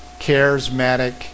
charismatic